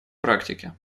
практике